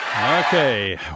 Okay